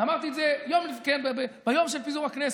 ואמרתי את זה ביום של פיזור הכנסת,